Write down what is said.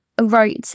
wrote